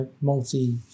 multi